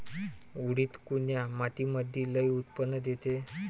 उडीद कोन्या मातीमंदी लई उत्पन्न देते?